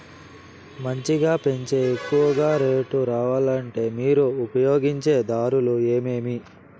మంచిగా పెంచే ఎక్కువగా రేటు రావాలంటే మీరు ఉపయోగించే దారులు ఎమిమీ?